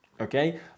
Okay